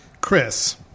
Chris